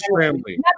family